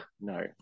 no